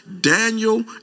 Daniel